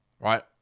right